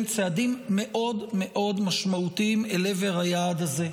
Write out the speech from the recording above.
בצעדים משמעותיים מאוד אל עבר היעד הזה,